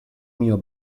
mio